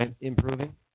improving